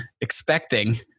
expecting